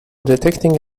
detecting